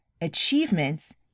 achievements